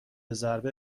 ضربه